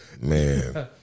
Man